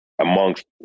amongst